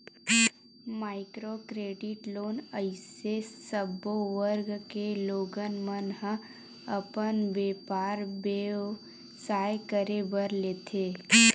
micro credit loan अइसे सब्बो वर्ग के लोगन मन ह अपन बेपार बेवसाय करे बर लेथे